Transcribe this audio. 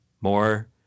more